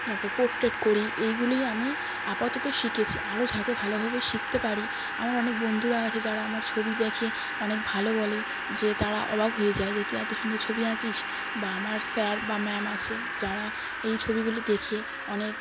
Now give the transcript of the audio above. তারপর পোট্রেট করি এগুলিই আমি আপাতত শিখেছি আরও যাতে ভালোভাবে শিখতে পারি আমার অনেক বন্দুরা আছে যারা আমার ছবি দেখে অনেক ভালো বলে যে তারা অবাক হয়ে যায় যে তুই এত সুন্দর ছবি আঁকিস বা আমার স্যার বা ম্যাম আছে যারা এই ছবিগুলি দেখে অনেক